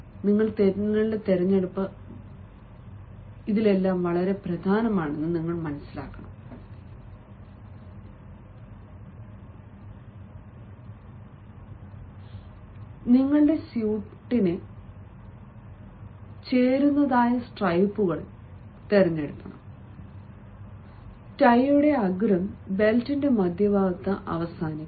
നിങ്ങൾ വരകൾ തിരഞ്ഞെടുക്കുകയാണെങ്കിൽ നിങ്ങളുടെ സ്യൂട്ടിനെ അഭിനന്ദിക്കുന്ന സ്ട്രൈപ്പുകൾ യാഥാസ്ഥിതികമായിരിക്കട്ടെ ടൈയുടെ അഗ്രം ബെൽറ്റിന്റെ മധ്യഭാഗത്ത് അവസാനിക്കണം